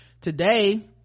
today